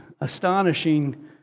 astonishing